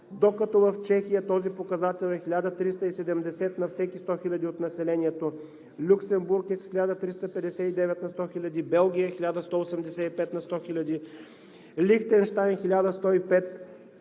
докато в Чехия този показател е 1370 на всеки 100 хиляди от населението, Люксембург е с 1359 на 100 хиляди, Белгия е 1185 на 100 хиляди, Лихтенщайн – 1105 на